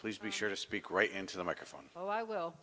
please be sure to speak right into the microphone so i will